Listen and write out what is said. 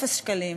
אפס שקלים.